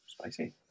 Spicy